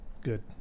Good